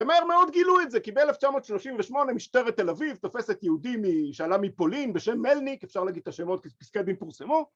ומהר מאוד גילו את זה, ‫כי ב-1938 משטרת תל אביב ‫תופסת יהודי שעלה מפולין בשם מלניק, ‫אפשר להגיד את השמות, ‫כי פסקי הדין פורסמו.